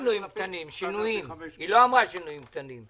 שלוש פעמים בשנה אנשים מממשים: טסים לחו"ל בקיץ,